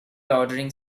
ordering